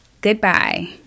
Goodbye